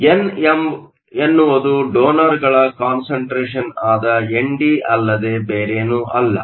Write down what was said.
ಆದ್ದರಿಂದ ಎನ್ ಎನ್ನುವುದು ಡೋನರ್ಗಳ ಕಾನ್ಸಂಟ್ರೇಷನ್ ಆದ ಎನ್ ಡಿ ಅಲ್ಲದೆ ಬೇರೇನೂ ಅಲ್ಲ